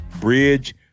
bridge